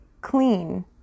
clean